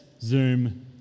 zoom